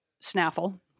snaffle